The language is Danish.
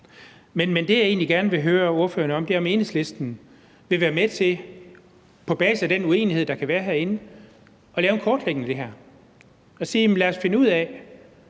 Men det, jeg egentlig gerne vil høre ordføreren om, er, om Enhedslisten vil være med til på basis af den uenighed, der kan være herinde, at lave en kortlægning af det her og sige: Lad os finde ud af,